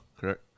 correct